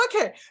okay